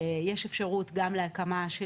נאמרו פה הרבה דברים על עניין היערות והחורשים ואנחנו